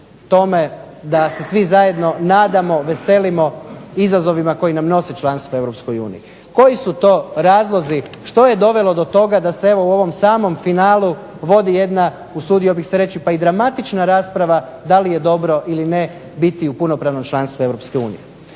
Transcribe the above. tome da se svi zajedno nadamo, veselimo izazovima koje nam nosi članstvo u EU? Koji su to razlozi? Što je dovelo do toga da se evo u ovom samom finalu vodi jedan usudio bih se reći pa i dramatična rasprava da li je dobro ili ne biti u punopravnom članstvu EU?